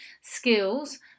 skills